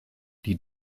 die